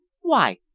Why